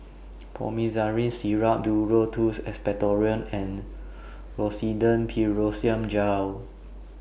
Promethazine Syrup Duro Tuss Expectorant and Rosiden Piroxicam Gel